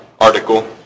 article